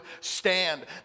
stand